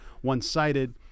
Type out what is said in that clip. one-sided